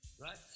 Right